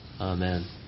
Amen